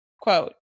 quote